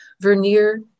Vernier